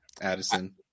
Addison